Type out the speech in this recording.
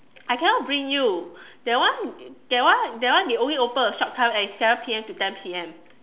I cannot bring you that one that one that one is only open a short time and it's seven P_M to ten P_M